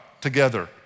together